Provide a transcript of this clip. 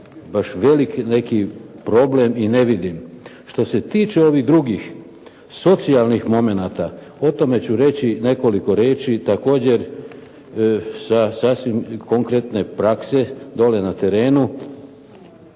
baš veliki neki problem i ne vidim. Što se tiče ovih drugih socijalnih momenata. O tome ću reći nekoliko riječi također sa sasvim konkretne prakse dolje na terenu.